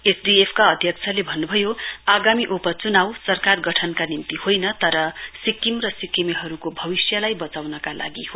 SDF का अध्यक्षले भन्नुभयो उपचुनाउ सरकार गठनका निम्ति होइन तर सिक्किम र सिक्किमेहरुको भविष्यलाई बचाउनका लागि हो